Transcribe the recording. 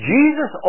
Jesus